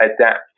adapt